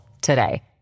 today